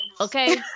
okay